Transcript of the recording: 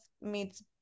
meets